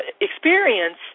experience